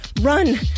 Run